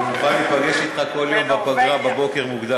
אני מוכן להיפגש אתך בכל יום בפגרה מוקדם,